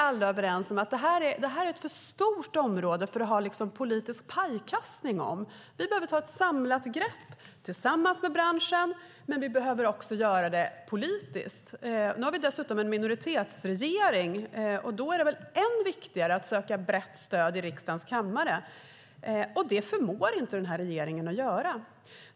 Alla är överens om att det här är ett för stort område för att man ska ha politisk pajkastning om det. Vi behöver ta ett samlat grepp, inte bara tillsammans med branschen utan också politiskt. Nu har vi dessutom en minoritetsregering, och då är det väl än viktigare att söka brett stöd i riksdagens kammare. Det förmår inte den här regeringen göra.